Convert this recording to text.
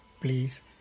please